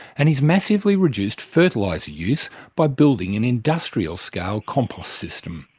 and he's massively reduced fertiliser use by building an industrial-scale compost system.